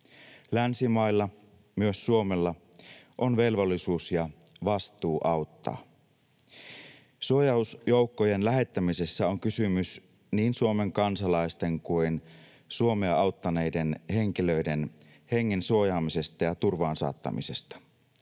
Länsimailla, myös Suomella, on velvollisuus ja vastuu auttaa. Suojausjoukkojen lähettämisessä on kysymys niin Suomen kansalaisten kuin Suomea auttaneiden henkilöiden hengen suojaamisesta ja turvaan saattamisesta.